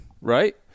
right